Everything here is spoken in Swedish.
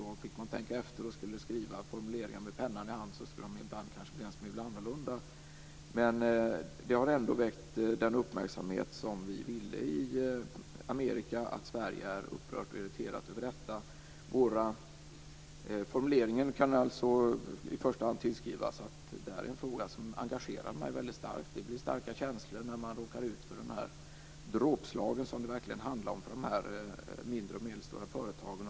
Om man fick tänka efter och kunde skriva ned formuleringar med pennan i hand skulle de kanske ibland bli en smula annorlunda. Det har ändå väckt den uppmärksamhet som vi ville i Amerika - Sverige är upprört och irriterat över detta. Formuleringen kan alltså i första hand tillskrivas det faktum att det här är en fråga som engagerar mig väldigt starkt. Det blir starka känslor när man råkar ut för de här dråpslagen, som det ju verkligen handlar om för de mindre och medelstora företagen.